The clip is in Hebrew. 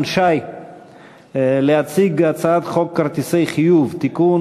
שי להציג הצעת חוק כרטיסי חיוב (תיקון,